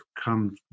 come